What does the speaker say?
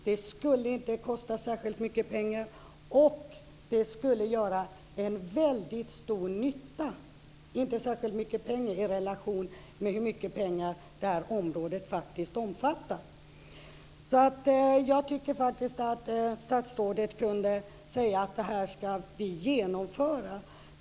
Det skulle inte kosta så mycket pengar i relation till hur mycket pengar som detta område faktiskt omfattar, men det skulle göra väldigt stor nytta. Jag tycker att statsrådet kunde säga att man ska genomföra det här.